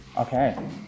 Okay